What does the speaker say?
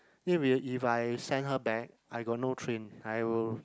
then i~ if I send her back I got no train I will